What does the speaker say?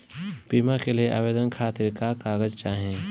बीमा के लिए आवेदन खातिर का का कागज चाहि?